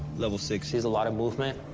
level six is a lot of movement,